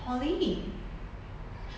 poly